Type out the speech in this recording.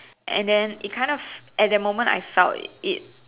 and then it kind of at that moment I felt it